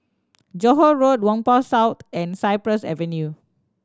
Johore Road Whampoa South and Cypress Avenue